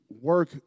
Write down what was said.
work